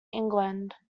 england